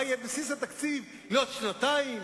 מה יהיה בסיס התקציב לעוד שנתיים.